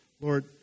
Lord